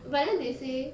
but then they say